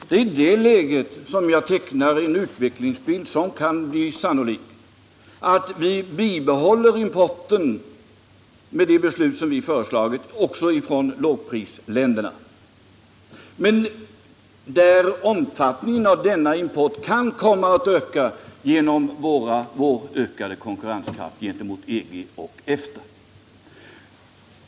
Det är för det läget jag tecknade en utvecklingsbild som kan bli sannolik, nämligen att vi med det beslut som socialdemokraterna föreslagit bibehåller importen också från lågprisländerna och att omfattningen av denna import kan komma att öka på grund av vår ökade konkurrenskraft gentemot EG och EFTA.